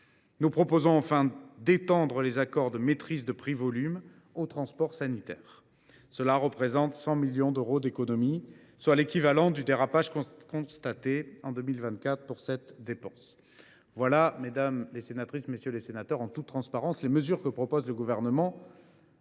Nous proposons enfin d’étendre les accords de maîtrise de prix volume aux transports sanitaires. Cela représente 100 millions d’euros d’économies, soit l’équivalent du dérapage constaté en 2024 pour cette dépense. Voilà, mesdames, messieurs les sénateurs, en toute transparence, les mesures que propose le Gouvernement